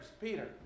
Peter